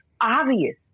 obvious